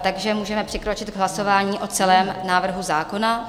Takže můžeme přikročit k hlasování o celém návrhu zákona.